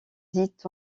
dit